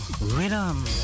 Rhythm